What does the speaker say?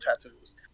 tattoos